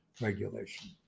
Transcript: regulation